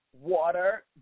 water